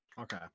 Okay